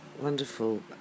wonderful